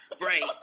right